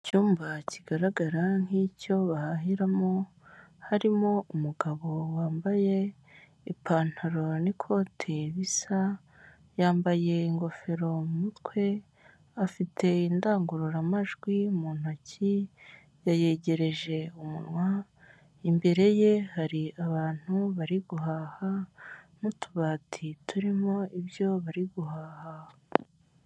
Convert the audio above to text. Icyumba kigaragara nk'icyo bahahiramo, harimo umugabo wambaye ipantaro n'ikote bisa, yambaye ingofero mu mutwe afite indangururamajwi mu ntoki yayegereje umunwa, imbere ye hari abantu bari guhaha n'utubati turimo ibyo bari guhaha.